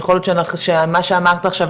יכול להיות שמה שאמרת עכשיו,